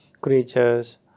creatures